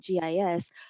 GIS